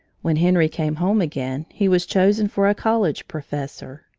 when henry came home again, he was chosen for a college professor.